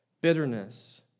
bitterness